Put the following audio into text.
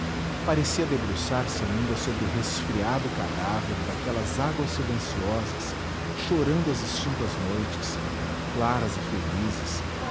parecia debruçar-se ainda sobre o resfriado cadáver daquelas águas silenciosas chorando as extintas noites claras e felizes